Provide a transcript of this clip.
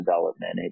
development